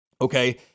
okay